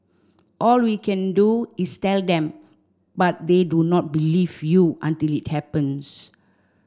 all we can do is tell them but they do not believe you until it happens